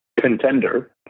contender